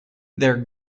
their